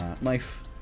knife